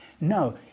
no